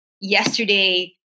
yesterday